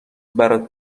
برات